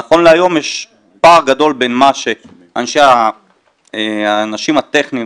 נכון להיום יש פער גדול בין מה שהאנשים הטכניים